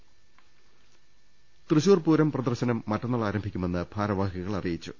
രുടെട്ട്ടറു തൃശൂർ പൂരം പ്രദർശനം മറ്റന്നാൾ ആരംഭിക്കുമെന്ന് ഭാരവാഹികൾ അറി യിച്ചു